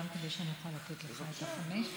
וגם כדי שאני אוכל לתת לך את החמש.